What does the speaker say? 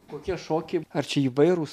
kokie šokiai ar čia įvairūs